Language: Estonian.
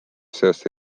seas